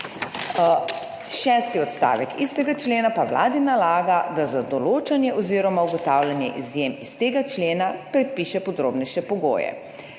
šesti odstavek istega člena pa Vladi nalaga, da za določanje oziroma ugotavljanje izjem iz tega člena predpiše podrobnejše pogoje.